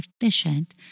efficient